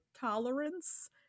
tolerance